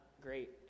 great